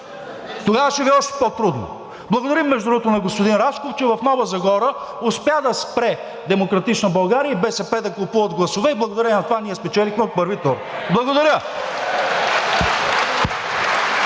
тогава ще Ви е още по-трудно. Благодарим, между другото, на господин Рашков, че в Нова Загора успя да спре „Демократична България“ и БСП да купуват гласове и благодарение на това ние спечелихме от първи тур. Благодаря.